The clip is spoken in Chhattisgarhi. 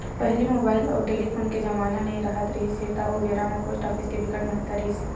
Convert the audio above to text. पहिली मुबाइल अउ टेलीफोन के जमाना नइ राहत रिहिस हे ता ओ बेरा म पोस्ट ऑफिस के बिकट महत्ता रिहिस हे